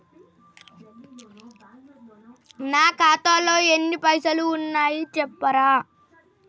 నా ఖాతాలో ఎన్ని పైసలు ఉన్నాయి చెప్తరా?